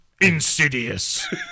Insidious